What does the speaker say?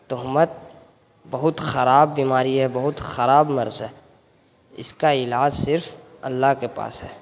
تہمت بہت خراب بیماری ہے بہت خراب مرض ہے اس کا علاج صرف اللہ کے پاس ہے